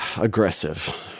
aggressive